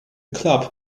club